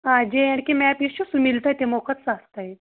آ J and K map یُس چھُ سُہ میلہِ تۄہہ تِمو کھۄتہٕ سَستے